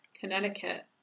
Connecticut